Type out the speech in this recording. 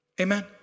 Amen